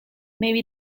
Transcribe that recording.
maybe